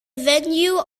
venue